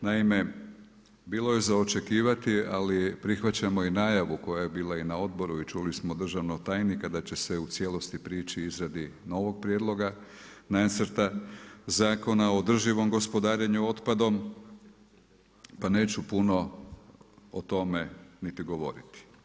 Naime, bilo je za očekivati ali prihvaćamo i najavu koja je bila i na odboru i čuli smo državnog tajnika da će se u cijelosti priči izradi novog Prijedloga zakona o održivom gospodarenju otpadom pa neću puno o tome niti govoriti.